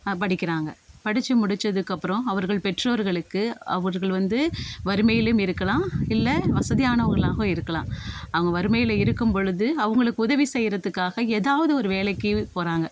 படிக்கிறாங்க படித்து முடித்ததுக்கப்பறம் அவர்கள் பெற்றோர்களுக்கு அவர்கள் வந்து வறுமையிலும் இருக்கலாம் இல்லை வசதியானவங்களாகவும் இருக்கலாம் அவங்க வறுமையில் இருக்கும்பொழுது அவங்களுக்கு உதவி செய்கிறதுக்காக எதாவது ஒரு வேலைக்கு போகிறாங்க